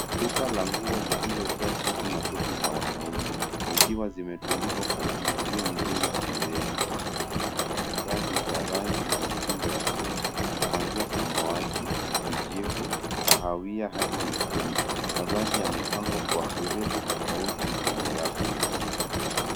Duka la nguo lililojaa suti na koti za wanaume zikiwa zimetundikwa kwa mpangilio mzuri kwenye reki. Kuna aina mbalimbali za rangi na mitindo ya suti kuanzia samawati, kijivu, kahawia hadi nyekundu. Mavazi yamepangwa kwa urefu tofauti tofauti kwenye rafu nyeusi.